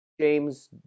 James